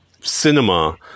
cinema